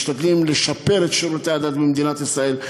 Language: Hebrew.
משתדלים לשפר את שירותי הדת במדינת ישראל.